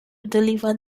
deliver